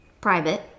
private